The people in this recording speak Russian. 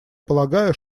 полагаю